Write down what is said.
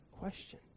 question